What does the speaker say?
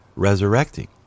resurrecting